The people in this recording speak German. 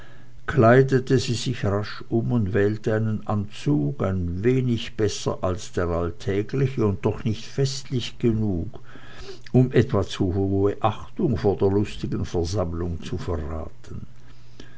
kleidete sie sich rasch um und wählte einen anzug ein wenig besser als der alltägliche und doch nicht festlich genug um etwa zu hohe achtung vor der lustigen versammlung zu verraten